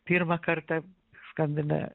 pirmą kartą skambina